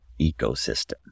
ecosystem